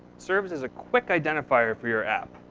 serves as a quick identifier for your app.